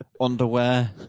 underwear